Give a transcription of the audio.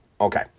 Okay